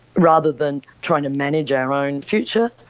rather than trying to manage our own future.